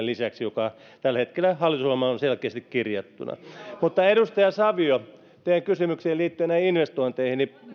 lisäksi joka tällä hetkellä hallitusohjelmaan on selkeästi kirjattuna edustaja savio teidän kysymykseenne liittyen näihin investointeihin